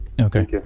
Okay